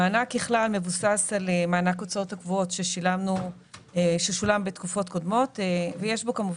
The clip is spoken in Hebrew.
המענק ככלל מבוסס על מענק הוצאות קבועות ששולם בתקופות קודמות וכמובן